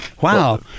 Wow